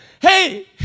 Hey